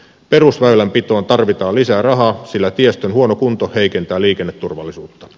perusväylänpitoon tarvitaan lisää rahaa sillä tiestön huono kunto heikentää liikenneturvallisuutta